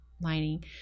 lining